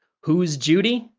who is judy?